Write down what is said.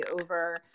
over